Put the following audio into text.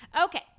Okay